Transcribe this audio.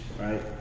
right